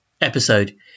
episode